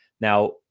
Now